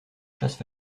chasses